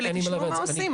תשמעו מה עושים.